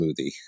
smoothie